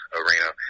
arena